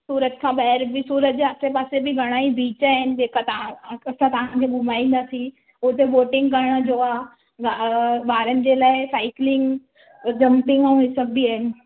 सूरत खां ॿाहिरि बि सूरत जे आसे पासे में घणाई बीच आहिनि जेका तव्हां असां तव्हांखे घुमाईंदासीं उते बोटिंग करण जो आहे ॿारनि जे लाइ साइक्लिंग जंपिंग ऐं हे सभु बि आहिनि